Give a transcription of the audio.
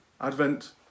Advent